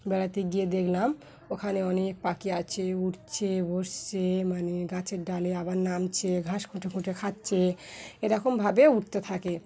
বেড়াতে গিয়ে দেখলাম ওখানে অনেক পাখি আছে উঠছে বসছে মানে গাছের ডালে আবার নামছে ঘাস খুঁটে খুঁটে খাচ্ছে এরকমভাবে উঠতে থাকে